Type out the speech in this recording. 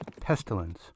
Pestilence